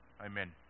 Amen